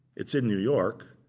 it's in new york.